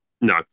No